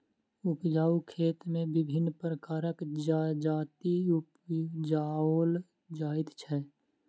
उपजाउ खेत मे विभिन्न प्रकारक जजाति उपजाओल जाइत छै